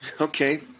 Okay